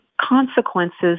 consequences